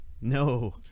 No